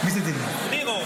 ניר אורבך.